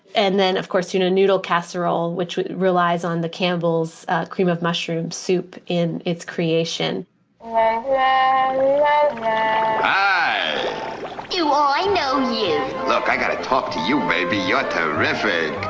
and then, of course, tuna noodle casserole, which relies on the campbell's cream of mushroom soup in its creation oh, i love you all. i know you. look, i got to talk to you, baby. you're terrific.